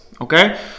okay